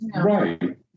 right